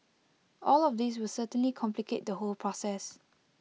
all of these will certainly complicate the whole process